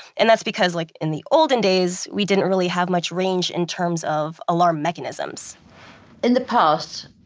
and that's because, like in the olden days, we didn't really have much range, in terms of alarm mechanisms in the past,